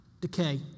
decay